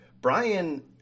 Brian